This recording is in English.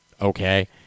okay